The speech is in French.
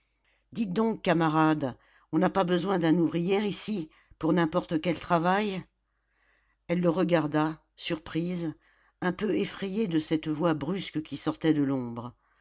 donc camarade on n'a pas besoin d'un ouvrier ici pour n'importe quel travail elle le regarda surprise un peu effrayée de cette voix brusque qui sortait de l'ombre